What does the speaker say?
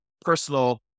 personal